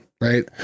right